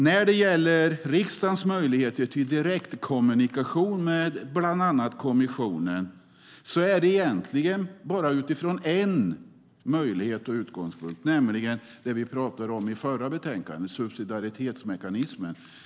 När det gäller riksdagens möjligheter till direktkommunikation med bland annat kommissionen är det egentligen endast utifrån en utgångspunkt, nämligen det vi pratade om i förra ärendet, subsidiaritetsmekanismen.